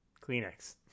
Kleenex